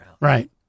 right